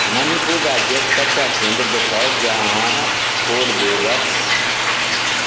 मणिपुर राज्यके सबटा केन्द्र देखाउ जहाँ कोर्बेवैक्स